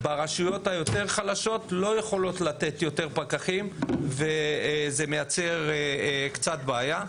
הרשויות היותר חלשות לא יכולות לתת יותר פקחים וזה מייצר קצת בעיה.